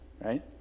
right